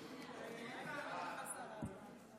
אין נמנעים.